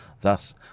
Thus